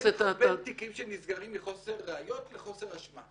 הנציג של משרד החינוך או אדם יקבל את התיק כדי לעיין בו?